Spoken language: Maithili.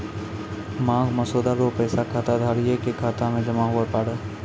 मांग मसौदा रो पैसा खाताधारिये के खाता मे जमा हुवै पारै